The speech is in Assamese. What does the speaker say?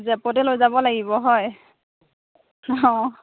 জেপতে লৈ যাব লাগিব হয় অ